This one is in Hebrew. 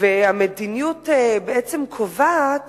והמדיניות בעצם קובעת